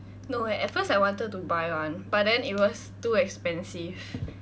no eh at first I wanted to buy [one] but then it was too expensive